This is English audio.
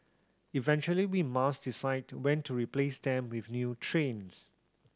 eventually we must decide when to replace them with new trains